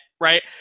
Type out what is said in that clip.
Right